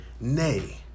nay